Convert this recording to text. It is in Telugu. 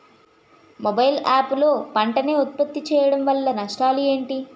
మొబైల్ యాప్ లో పంట నే ఉప్పత్తి చేయడం వల్ల నష్టాలు ఏంటి?